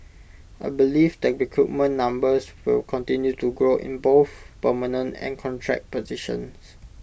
I believe the recruitment numbers will continue to grow in both permanent and contract positions